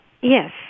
Yes